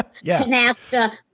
Canasta